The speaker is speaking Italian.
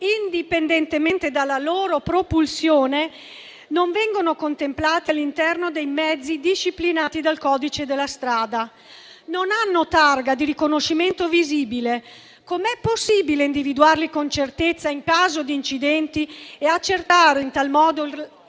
indipendentemente dalla loro propulsione, non vengono contemplati all'interno dei mezzi disciplinati dal codice della strada e non hanno targa di riconoscimento visibile. Com'è possibile individuarli con certezza in caso di incidenti e accertare in tal modo il